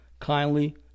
kindly